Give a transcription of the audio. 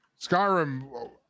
Skyrim